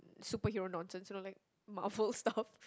superhero nonsense you know like Marvel stuff